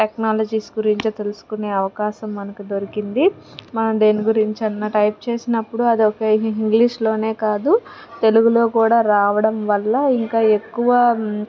technologies గురించి తెలుసుకునే అవకాశం మనకి దొరికింది మనం దేని గురించి అన్నా టైప్ చేసినప్పుడు అది ఒక్క ఇంగ్లీష్లోనే కాదు తెలుగులో కూడా రావడం వల్ల ఇంకా ఎక్కువ